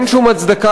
אין שום הצדקה,